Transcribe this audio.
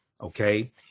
Okay